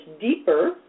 deeper